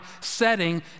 setting